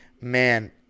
man